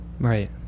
right